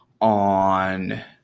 on